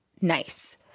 nice